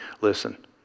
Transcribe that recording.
Listen